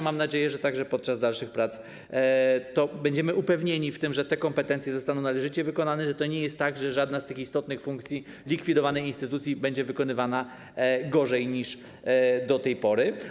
Mam nadzieję, że także podczas dalszych prac będziemy upewnieni w tym, że te kompetencje będą należycie wykonywane, że nie będzie tak, że którakolwiek z tych istotnych funkcji likwidowanej instytucji będzie wykonywana gorzej niż do tej pory.